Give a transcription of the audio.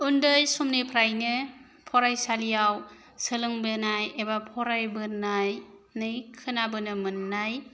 उन्दै समनिफ्रायनो फरायसालियाव सोलोंबोनाय एबा फरायबोनानै खोनाबोनो मोननाय